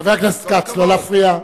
חבר הכנסת כץ, לא להפריע.